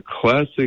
classic